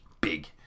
Big